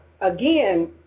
again